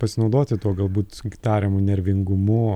pasinaudoti tuo galbūt tariamu nervingumu